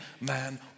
man